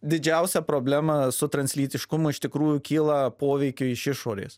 didžiausia problema su translytiškumu iš tikrųjų kyla poveikio iš išorės